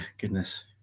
goodness